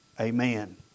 Amen